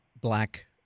black